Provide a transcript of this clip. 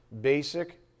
basic